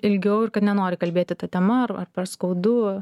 ilgiau ir kad nenori kalbėti ta tema ar ar per skaudu